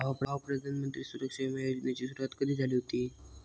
भावा, प्रधानमंत्री सुरक्षा बिमा योजनेची सुरुवात कधी झाली हुती